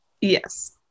Yes